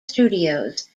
studios